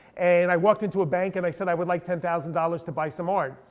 and i walked into a bank and i said i would like ten thousand dollars to buy some art.